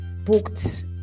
booked